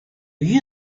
you